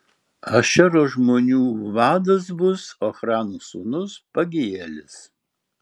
ašero žmonių vadas bus ochrano sūnus pagielis